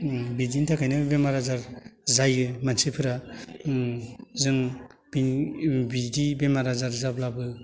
ओम बिदिनि थाखायनो बेमार आजार जायो मानसिफोरा ओम जों बिदि बेमार आजार जाब्लाबो